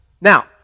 Now